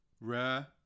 Rare